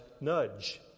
nudge